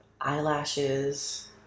eyelashes